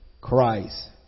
Christ